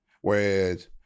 whereas